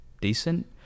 decent